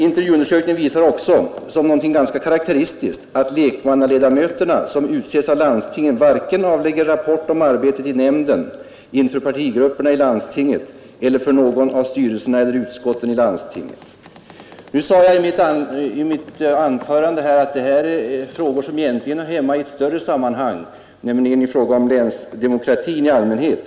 Intervjuundersökningen visade också såsom något ganska karakteristiskt att de lekmannaledamöter som utses av landstinget avlägger rapport om arbetet i nämnden varken inför partigrupperna i landstinget eller för någon av styrelserna eller utskotten i landstinget. Jag sade i mitt tidigare anförande att detta är frågor som egentligen hör hemma i ett större sammanhang, nämligen när det gäller länsdemokratin i allmänhet.